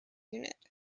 unit